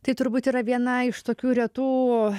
tai turbūt yra viena iš tokių retų